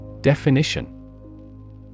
Definition